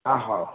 ଅ ହଉ